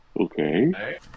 Okay